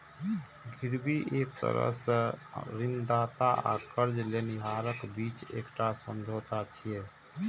गिरवी एक तरह सं ऋणदाता आ कर्ज लेनिहारक बीच एकटा समझौता छियै